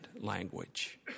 language